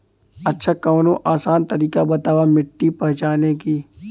अच्छा कवनो आसान तरीका बतावा मिट्टी पहचाने की?